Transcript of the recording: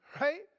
right